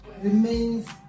remains